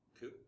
Cool